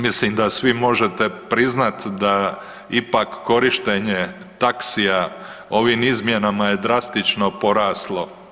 Mislim da svi možete priznati da ipak korištenje taksija ovim izmjenama je drastično poraslo.